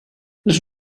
les